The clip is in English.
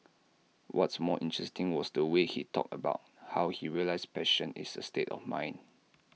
what's more interesting was the way he talked about how he realised passion is A state of mind